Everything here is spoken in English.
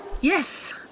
Yes